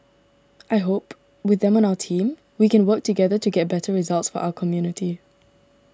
I hope with them on our team we can work together to get better results for our community